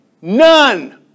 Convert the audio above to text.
None